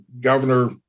governor